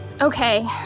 Okay